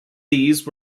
these